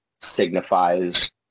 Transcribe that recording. signifies